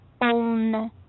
own